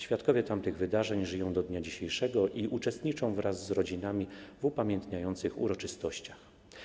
Świadkowie tamtych wydarzeń żyją do dnia dzisiejszego i uczestniczą wraz z rodzinami w upamiętniających uroczystościach.